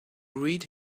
read